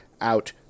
out